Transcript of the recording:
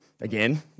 again